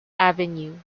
avenue